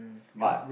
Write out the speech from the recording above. but